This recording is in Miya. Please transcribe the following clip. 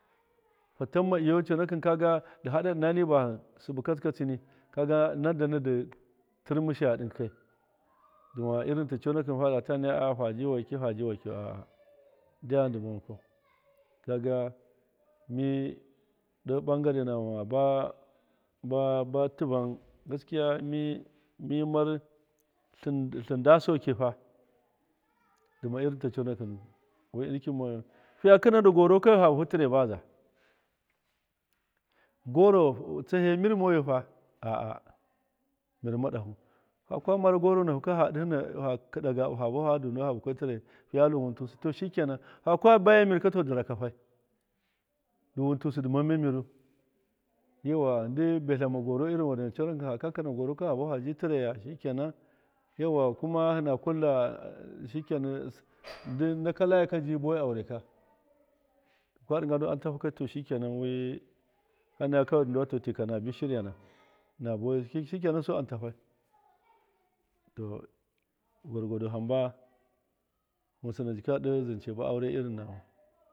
Fatamma lyau kaga coonakt kaga ndi hada inani bahit subt katsikatsiri nandanon kaga ridi turmusrid adigike riduma rin ta coonakt aa faajii waki faajii waki aa ridiyam riduma wakt faajii wakt aa ridi turmushit adigika riduma lrin ta coonakt aa fajii waki faajii waki aa ridiyam riduma wonrwan kaga mi do bangarrnama ba baa nativan gaskiya mi mi mimar tlin da saikifaa dtma lrin ta coonaktna wt inniktn mo yu fiiya ktina ndi goro kawari faa bahu tiird baza gobu faa bahu fabt buiraya fiiyalu wuntust to skik conan faaka baya mir ka to ridi ra kafai ndu wuntust ridi mama miru yauwa ridi bettamaza irin faka kina goroka faa butia bt tiiraiya shikenan yauwo kuma ltina kulla shikenan wi kana yaka kawai ridi tiika riabt shiryana na buwai shikenan su antafai to gwar gwado homba mustna kiika do aurt irin nama.